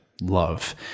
love